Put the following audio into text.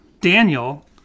Daniel